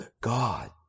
God